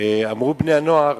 אמרו בני-הנוער: